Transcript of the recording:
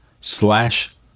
slash